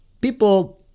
People